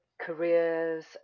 careers